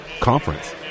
conference